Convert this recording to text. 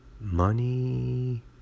Money